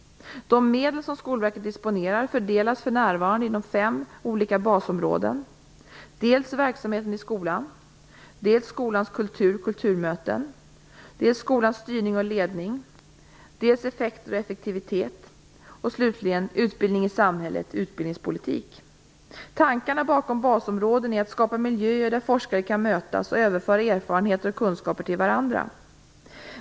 De medel som Skolverket disponerar fördelas för närvarande inom fem olika basområden: dels verksamheten i skolan, dels skolans kultur/kulturmöten, dels skolans styrning och ledning, dels effekter och effektivitet samt dels utbildning i samhället - utbildningspolitik. Tankarna bakom basområden är att skapa miljöer där forskare kan mötas och överföra erfarenheter och kunskaper till varandra.